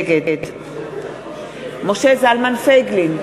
נגד משה זלמן פייגלין,